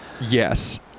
yes